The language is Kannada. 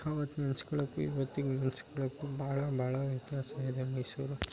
ಅವತ್ತು ನೆನೆಸ್ಕೊಳೋಕು ಇವತ್ತು ಈಗ ನೆನೆಸ್ಕೊಳೋಕು ಭಾಳ ಭಾಳ ವ್ಯತ್ಯಾಸ ಇದೆ ಮೈಸೂರು